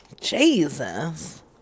Jesus